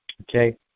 okay